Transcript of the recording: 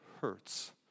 hurts